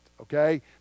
okay